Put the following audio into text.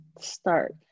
start